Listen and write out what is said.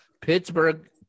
Pittsburgh